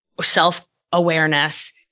self-awareness